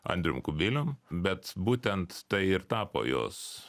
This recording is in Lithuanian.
andrium kubilium bet būtent tai ir tapo jos